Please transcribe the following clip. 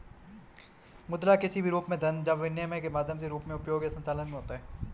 मुद्रा किसी भी रूप में धन है जब विनिमय के माध्यम के रूप में उपयोग या संचलन में होता है